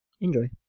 Enjoy